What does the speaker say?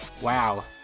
Wow